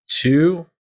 two